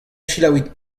selaouit